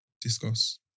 Discuss